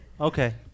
Okay